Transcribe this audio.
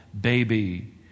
baby